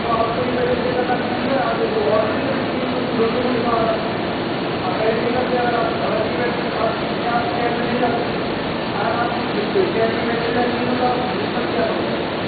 तो आपको यह पहले चेक करना चाहिए था ना आपको वह ऑडर नहीं करने चाहिए थे उसमें दो सौ नौ लिखा आ रहा था आप पहले नहीं करते अगर आप अगर नहीं अर नहीं आप कैब में नहीं जा सकते अगर आप मे कैब में बैठने लायक नहीं हो तो आप बुक मत किया करो कैब को